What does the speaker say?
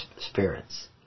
spirits